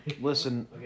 Listen